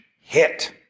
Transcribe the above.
hit